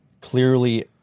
clearly